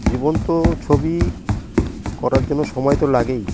জীবন্ত ছবি করার জন্য সময় তো লাগেই